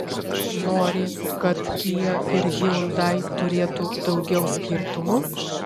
nori kad kia ir hyundai turėtų daugiau skirtumų